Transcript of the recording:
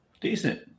decent